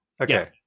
Okay